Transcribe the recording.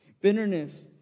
Bitterness